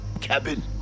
cabin